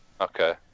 Okay